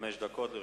חמש דקות לרשותך.